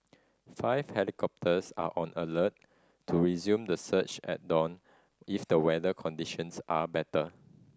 five helicopters are on alert to resume the search at dawn if the weather conditions are better